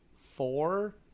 four